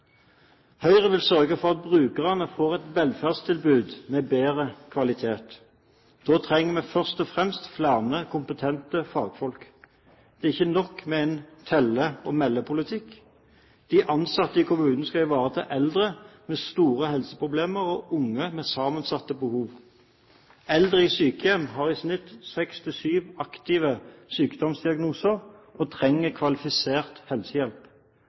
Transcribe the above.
Høyre vil sørge for at brukerne får et velferdstilbud med bedre kvalitet. Da trenger vi først og fremst flere kompetente fagfolk. Det er ikke nok med regjeringens telle-og-melle-politikk. De ansatte i kommunene skal ivareta eldre med store helseproblemer og unge med sammensatte behov. Eldre i sykehjem har i snitt seks–syv aktive sykdomsdiagnoser og trenger kvalifisert helsehjelp.